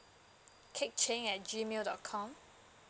keat cheng at G mail dot com